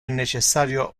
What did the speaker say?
necessario